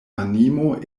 animo